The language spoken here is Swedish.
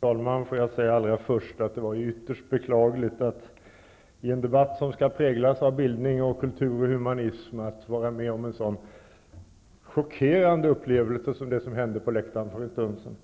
Fru talman! Låt mig säga allra först att det är ytterst beklagligt att i en debatt som skall präglas av bildning, kultur och humanism vara med om en sådan chockerande upplevelse som det som hände på läktaren för en stund sedan.